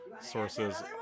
sources